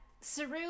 Saru